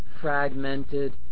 fragmented